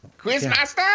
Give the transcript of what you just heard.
Quizmaster